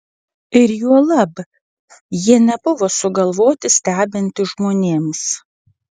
ir juolab jie nebuvo sugalvoti stebinti žmonėms